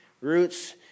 roots